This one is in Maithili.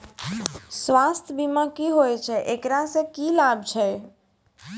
स्वास्थ्य बीमा की होय छै, एकरा से की लाभ छै?